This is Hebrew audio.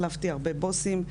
החלפתי הרבה בוסים,